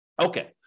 Okay